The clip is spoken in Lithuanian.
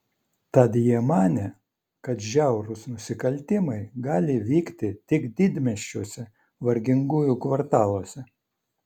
tad jie manė kad žiaurūs nusikaltimai gali vykti tik didmiesčiuose vargingųjų kvartaluose